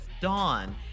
Dawn